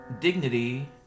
dignity